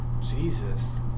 Jesus